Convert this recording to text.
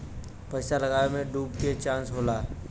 पइसा लगावे मे डूबे के चांस होला